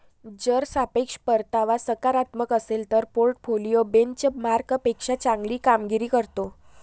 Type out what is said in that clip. जर सापेक्ष परतावा सकारात्मक असेल तर पोर्टफोलिओ बेंचमार्कपेक्षा चांगली कामगिरी करतो